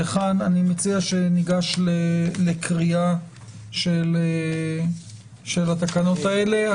אני מציע שניגש לקריאה של התקנות האלה.